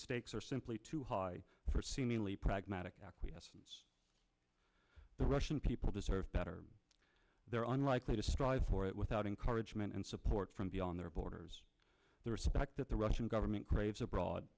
stakes are simply too high for seemingly pragmatic the russian people deserve better they're unlikely to strive for it without encouragement and support from beyond their borders the respect that the russian government craves abroad